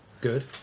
Good